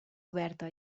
oberta